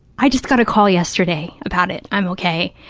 i just got a call yesterday about it, i'm okay.